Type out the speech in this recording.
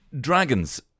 Dragons